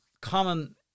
common